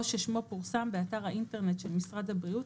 או ששמו פורסם באתר האינטרנט של משרד הבריאות